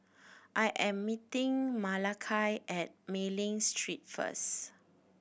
I am meeting Malakai at Mei Ling Street first